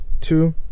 two